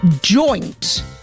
joint